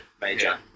major